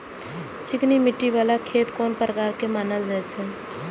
चिकनी मिट्टी बाला खेत कोन प्रकार के मानल जाय छै?